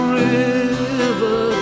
river